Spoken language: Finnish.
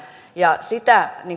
ja sitä